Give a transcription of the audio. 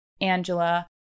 Angela